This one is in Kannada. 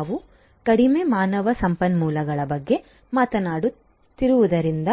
ನಾವು ಕಡಿಮೆ ಮಾನವ ಸಂಪನ್ಮೂಲಗಳ ಬಗ್ಗೆ ಮಾತನಾಡುತ್ತಿರುವುದರಿಂದ